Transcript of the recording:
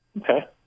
Okay